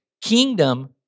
kingdom